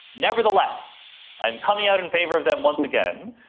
nevertheless i'm coming out in favour of them once again,